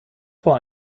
vor